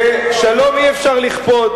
ששלום אי-אפשר לכפות?